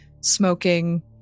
smoking